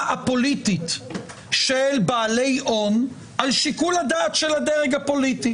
הפוליטית של בעלי הון על שיקול הדעת של הדרג הפוליטי.